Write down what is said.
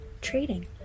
trading